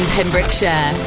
Pembrokeshire